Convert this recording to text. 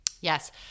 Yes